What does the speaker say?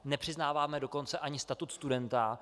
Nepřiznáváme dokonce ani statut studenta.